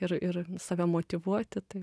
ir ir save motyvuoti tai